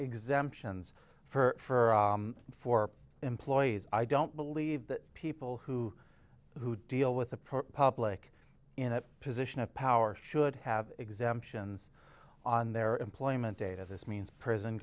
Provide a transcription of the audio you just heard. exemptions for four employees i don't believe that people who who deal with approach public in a position of power should have exemptions on their employment data this means prison